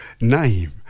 name